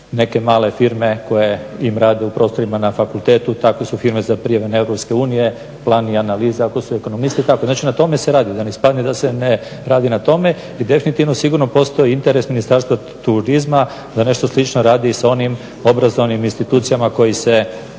neke male firme koje im rade u prostorima na fakultetu. Takve su firme za … Europske unije plan i analiza ako su ekonomisti. Znači na tome se radi, da ne ispadne da se ne radi na tome. I definitivno sigurno postoji interes Ministarstva turizma da nešto slično radi i sa onim obrazovnim institucijama koje se